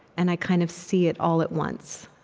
and i kind of see it all at once.